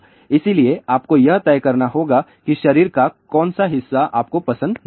इसलिए आपको यह तय करना होगा कि शरीर का कौन सा हिस्सा आपको पसंद नहीं है